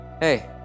Hey